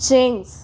Ching's